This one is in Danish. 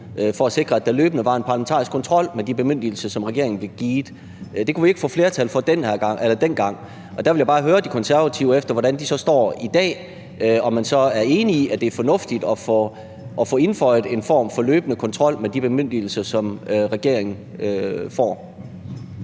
for at sikre, at der løbende var en parlamentarisk kontrol med de bemyndigelser, som regeringen blev givet. Det kunne vi ikke få flertal for dengang. Og der vil jeg bare høre De Konservative, hvordan de står i dag: om man er enig i, at det er fornuftigt at få indføjet en form for løbende kontrol med de bemyndigelser, som regeringen får.